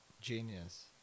genius